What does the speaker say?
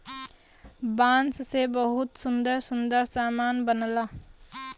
बांस से बहुते सुंदर सुंदर सामान बनला